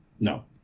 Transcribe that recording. No